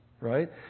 Right